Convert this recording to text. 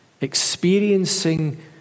experiencing